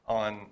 on